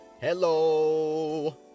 hello